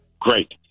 Great